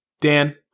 Dan